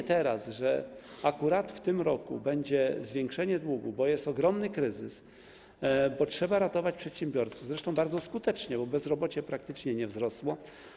Natomiast akurat w tym roku będzie zwiększenie długu, bo jest ogromny kryzys, bo trzeba ratować przedsiębiorców - zresztą bardzo skutecznie, bo bezrobocie praktycznie nie wzrosło.